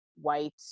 white